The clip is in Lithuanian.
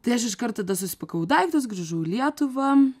tai aš iškart tada susipakavau daiktus grįžau į lietuvą